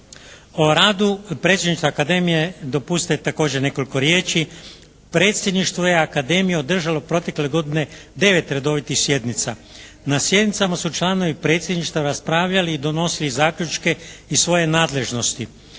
O radu Predsjedništva Akademije dopustite također nekoliko riječi. Predsjedništvo je akademije održalo protekle godine 9 redovitih sjednica. Na sjednicama su članovi Predsjedništva raspravljali i donosili zaključke iz svoje nadležnosti.